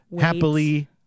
Happily